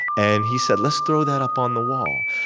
and he said, let's throw that up on the wall.